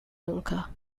lanka